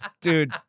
dude